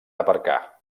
aparcar